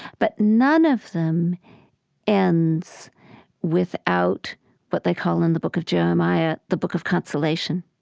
but none of them ends without what they call in the book of jeremiah the book of consolation.